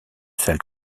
salle